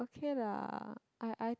okay ah I I